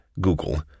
Google